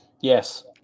Yes